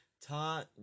ta